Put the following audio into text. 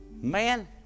man